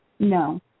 No